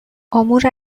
امور